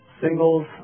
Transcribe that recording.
Singles